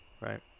Right